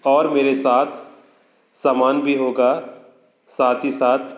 और मेरे साथ सामान भी होगा साथ ही साथ